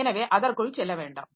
எனவே அதற்குள் செல்ல வேண்டாம்